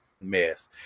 mess